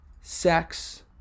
sex